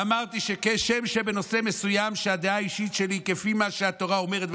אמרתי שכשם שבנושא מסוים הדעה האישית שלי היא כפי שהתורה אומרת,